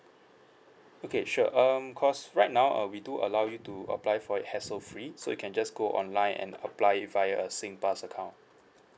okay sure um cause right now uh we do allow you to apply for it hassle free so you can just go online and apply it via a singpass account